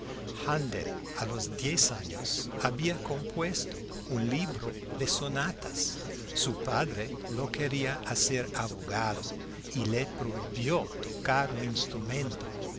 haendel a los diez años había compuesto un libro de sonatas su padre lo quería hacer abogado y le prohibió tocar un instrumento